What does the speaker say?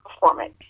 performance